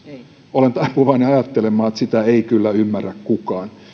olen taipuvainen ajattelemaan että sitä ei kyllä ymmärrä kukaan